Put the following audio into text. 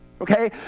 Okay